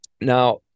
Now